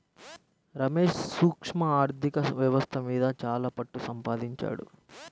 రమేష్ సూక్ష్మ ఆర్ధిక వ్యవస్థ మీద చాలా పట్టుసంపాదించాడు